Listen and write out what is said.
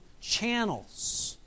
channels